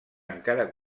encara